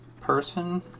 person